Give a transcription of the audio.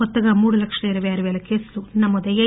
కొత్తగా మూడు లక్షల ఇరపై ఆరు పేల కేసులు నమోదయ్యాయి